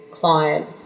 client